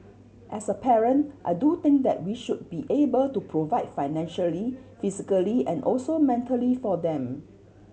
as a parent I do think that we should be able to provide financially physically and also mentally for them